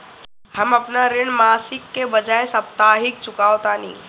हम अपन ऋण मासिक के बजाय साप्ताहिक चुकावतानी